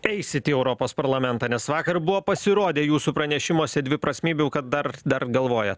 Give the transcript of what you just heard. eisit į europos parlamentą nes vakar buvo pasirodę jūsų pranešimuose dviprasmybių kad dar dar galvojat